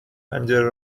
پنجره